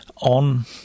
on